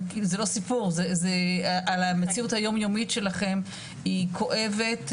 זה לא סיפור זה על המציאות היומיומית שלכם היא כואבת,